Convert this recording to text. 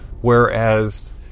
whereas